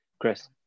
Chris